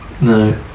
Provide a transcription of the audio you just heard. no